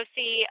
see